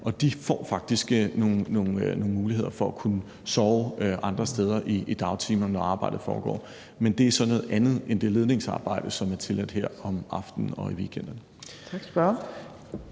De får faktisk nogle muligheder for at kunne sove andre steder i dagtimerne, når arbejdet foregår. Men det er så noget andet end det ledningsarbejde, som er tilladt her om aftenen og i weekenderne. Kl.